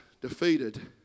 defeated